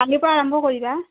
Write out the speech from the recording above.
কালিৰ পৰা আৰম্ভ কৰিবা